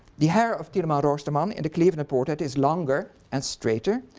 the hair of tieleman roosterman in the cleveland portrait is longer and straighter